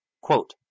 Quote